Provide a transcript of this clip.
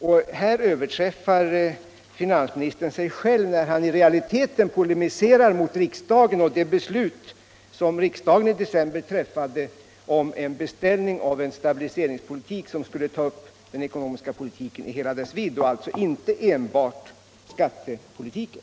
Och där överträffade finansministern sig själv, när han i realiteten polemiserade mot riksdagen och mot det beslut som riksdagen i december fattade om en beställning av en stabiliseringspolitik, som skulle ta upp den ekonomiska politiken i hela dess vidd, alltså inte enbart skattepolitiken.